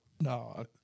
no